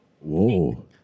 whoa